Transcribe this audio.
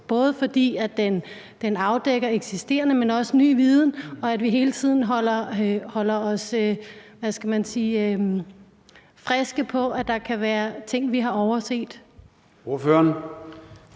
både fordi de afdækker ikke bare eksisterende, men også ny viden, og fordi vi hele tiden holder os – hvad skal man sige – friske på, at der kan være ting, vi har overset.